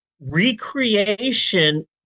recreation